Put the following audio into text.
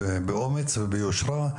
גם באומץ וביושרה.